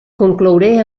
conclouré